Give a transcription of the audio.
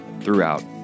throughout